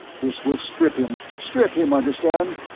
this will strip him. strip him, understand.